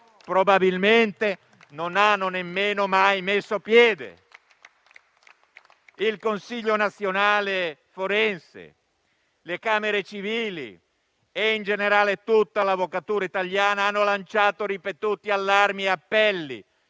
probabilmente, non hanno nemmeno mai messo piede. Il Consiglio nazionale forense, le camere civili e, in generale, tutta l'avvocatura italiana hanno lanciato ripetuti allarmi e appelli,